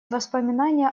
воспоминания